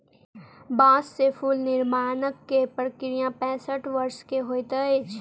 बांस से फूल निर्माण के प्रक्रिया पैसठ वर्ष के होइत अछि